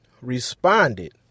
responded